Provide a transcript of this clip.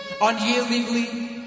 unyieldingly